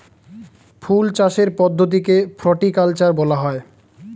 ফল চাষের পদ্ধতিকে ফ্রুটিকালচার বলা হয়